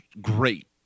great